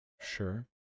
Sure